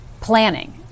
planning